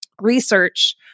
research